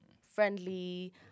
friendly